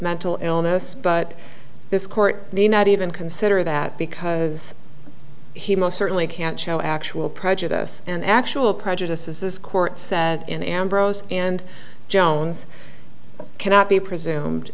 mental illness but this court may not even consider that because he most certainly can't show actual prejudice and actual prejudices this court said in ambrose and jones cannot be presumed